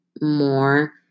more